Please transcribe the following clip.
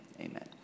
Amen